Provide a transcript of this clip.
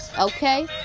okay